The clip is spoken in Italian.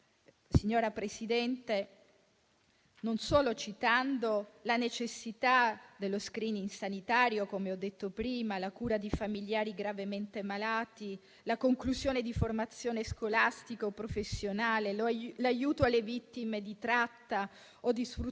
signora Presidente, non solo citando la necessità dello *screening* sanitario, come ho detto prima, la cura di familiari gravemente malati, la conclusione di formazione scolastica o professionale, l'aiuto alle vittime di tratta o di sfruttamento